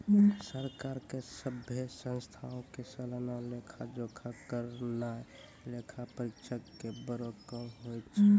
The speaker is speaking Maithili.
सरकार के सभ्भे संस्थानो के सलाना लेखा जोखा करनाय लेखा परीक्षक के बड़ो काम होय छै